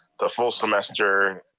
the full semester.